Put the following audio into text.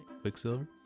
Quicksilver